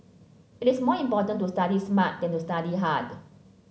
it is more important to study smart than to study hard